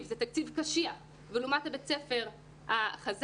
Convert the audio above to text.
הוא תקציב קשיח לעומת בית הספר החזק,